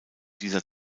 dieser